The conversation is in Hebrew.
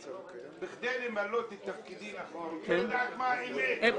כדי למלא את תפקידי נכון אני רוצה לדעת מה האמת.